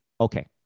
Okay